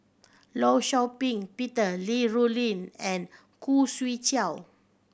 Law Shau Ping Peter Li Rulin and Khoo Swee Chiow